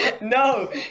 No